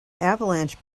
avalanche